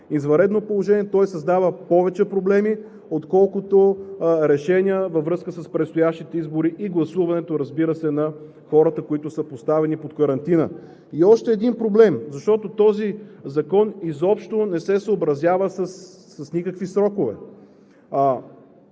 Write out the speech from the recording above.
извънредното положение, той създава повече проблеми, отколкото решения във връзка с предстоящите избори и гласуването, разбира се, на хората, които са поставени под карантина. И още един проблем, защото този закон изобщо не се съобразява с никакви срокове.